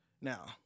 Now